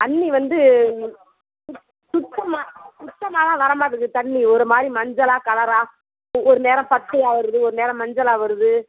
தண்ணி வந்து சுத் சுத்தமாக சுத்தமாலாம் வர மாட்டுது தண்ணி ஒரு மாதிரி மஞ்சளாக கலராக ஒவ்வொரு நேரம் பச்சையாக வருது ஒரு நேரம் மஞ்சளாக வருது